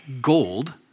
gold